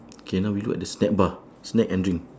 K now we look at the snack bar snack and drink